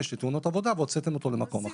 לתאונות עבודה והוצאתם אותו למקום אחר.